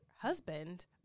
husband